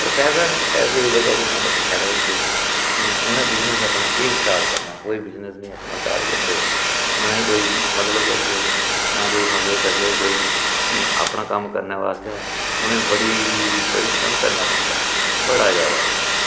पर पैसा निं पैसे दी बजह कन्नै गै पिच्छें रेही जंदे ऐं उनें बिजनस अपना केह् स्टार्ट करना कोई बिजनस निं अपना स्टार्ट करी सकदे ना गै कोई मतलब करी सकदे ना कोई मदद करी सकदे कोई ऐं अपना कम्म करने बास्तै उ'नें बड़ी परिश्रम करना पौंदा बड़ा जैदा